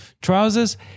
Trousers